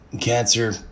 Cancer